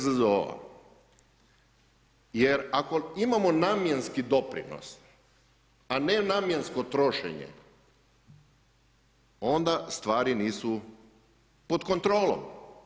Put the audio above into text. Jer ako imamo namjenski doprinos, a ne namjensko trošenje, onda stvari nisu pod kontrolom.